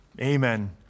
Amen